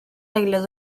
aelod